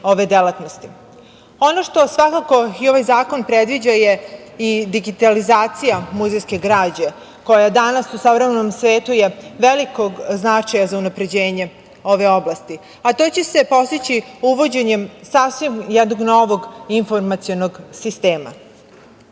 ove delatnosti. Ono što svakako i ovaj zakon predviđa je i digitalizacija muzejske građe koja je danas u savremenom svetu, od velikog značaja za unapređenje ove oblasti, a to će se postići uvođenjem sasvim jednog novog informacionog sistema. Ovim